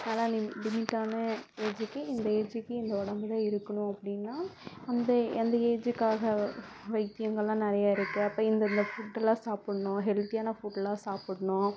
நல்லா லிம் லிமிட்டான ஏஜுக்கு இந்த ஏஜுக்கு இந்த உடம்பு தான் இருக்கணும் அப்படின்னா வந்து எந்த ஏஜுக்காக வைத்தியங்கள்லாம் நிறைய இருக்குது அப்போ இந்த இந்த ஃபுட் எல்லாம் சாப்பிட்ணும் ஹெல்தியான ஃபுட்லாம் சாப்பிட்ணும்